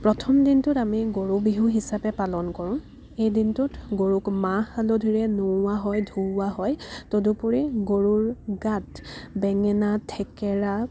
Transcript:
প্ৰথম দিনটোত আমি গৰু বিহু হিচাপে পালন কৰোঁ এই দিনটোত গৰুক মাহ হালধিৰে নোওৱা হয় ধোওৱা হয় তদুপৰি গৰুৰ গাত বেঙেনা থেকেৰা